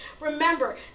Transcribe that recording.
Remember